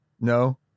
No